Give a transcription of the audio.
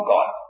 God